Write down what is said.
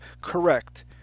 correct